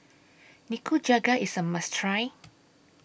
Nikujaga IS A must Try